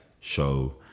show